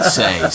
say